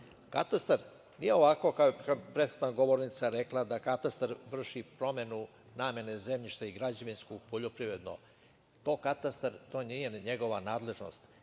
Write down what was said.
katastar nije ovako kako je prethodna govornika rekla, da katastar vrši promenu namene zemljišta iz građevinskog u poljoprivredno. To nije njegova nadležnost.